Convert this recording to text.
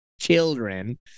children